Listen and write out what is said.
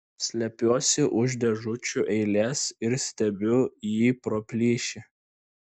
slepiuosi už dėžučių eilės ir stebiu jį pro plyšį